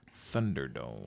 Thunderdome